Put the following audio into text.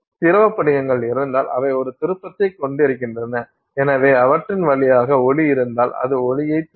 திரவ படிகங்கள் இருந்தால் அவை ஒரு திருப்பத்தைக் கொண்டிருக்கின்றன எனவே அவற்றின் வழியாக ஒளி இருந்தால் அது ஒளியைத் திருப்பும்